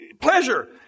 pleasure